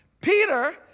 Peter